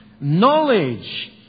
Knowledge